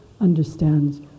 understands